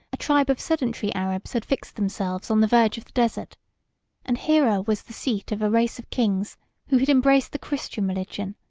a tribe of sedentary arabs had fixed themselves on the verge of the desert and hira was the seat of a race of kings who had embraced the christian religion,